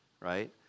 right